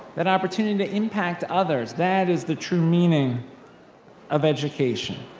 that opportunity to impact others, that is the true meaning of education.